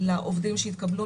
לעובדים שהתקבלו,